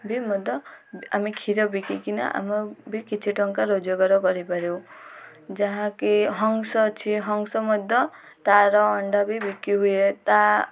ବି ମଧ୍ୟ ଆମେ କ୍ଷୀର ବିକିକିନା ଆମେ ବି କିଛି ଟଙ୍କା ରୋଜଗାର କରିପାରିବୁ ଯାହାକି ହଂସ ଅଛି ହଂସ ମଧ୍ୟ ତାର ଅଣ୍ଡା ବି ବିକ୍ରି ହୁଏ ତା